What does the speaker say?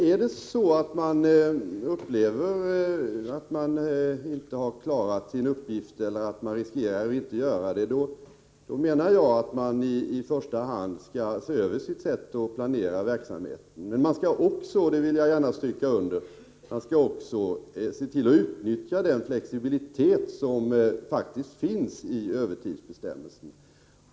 Är det så att man upplever att man inte har klarat av sin uppgift eller riskerar att inte göra det, då menar jag att man i första hand skall se över sitt sätt att planera verksamheten. Men man skall också — det vill jag gärna stryka under — se till att utnyttja den flexibilitet som faktiskt finns i övertidsbestämmelserna.